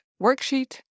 Worksheet